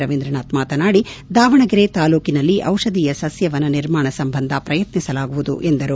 ರವೀಂದ್ರನಾಥ್ ಮಾತನಾಡಿ ದಾವಣಗರೆ ತಾಲೂಕಿನಲ್ಲಿ ಟಿಷಧಿಯ ಸಸ್ಕ ವನ ನಿರ್ಮಾಣ ಸಂಬಂಧ ಪ್ರಯತ್ನಿಸಲಾಗುವುದು ಎಂದರು